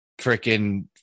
freaking